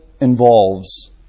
involves